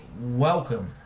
welcome